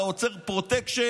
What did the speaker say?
אתה עוצר פרוטקשן,